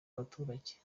abaturage